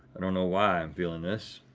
i don't know why i'm feeling this.